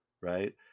right